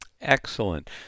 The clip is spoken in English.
Excellent